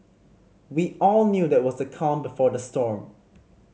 we all knew that it was the calm before the storm